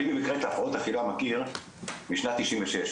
אני במקרה את הפרעות האכילה מכיר משנת 96,